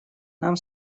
нам